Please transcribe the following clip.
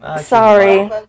Sorry